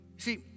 See